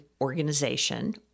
organization